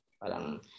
Parang